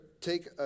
take